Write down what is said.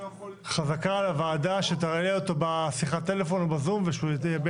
חזקה על הוועדה שתעלה אותו בשיחת טלפון או בזום ושהוא יביע